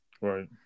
Right